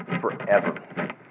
forever